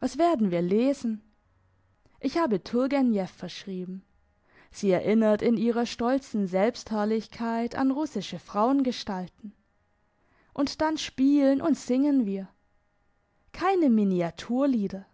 was werden wir lesen ich habe turgenjeff verschrieben sie erinnert in ihrer stolzen selbstherrlichkeit an russische frauengestalten und dann spielen und singen wir keine miniaturlieder